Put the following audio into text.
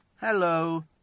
hello